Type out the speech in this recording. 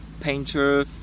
painter